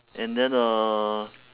and then uh